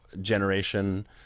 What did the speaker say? generation